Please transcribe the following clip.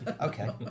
Okay